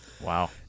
Wow